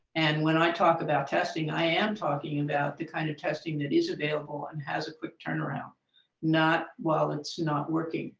and when i'm talking about testing i am talking about the kind of testing that is available and has a quick turnaround not while it's not working